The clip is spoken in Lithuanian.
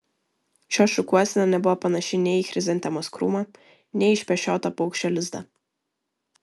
šios šukuosena nebuvo panaši nei į chrizantemos krūmą nei į išpešiotą paukščio lizdą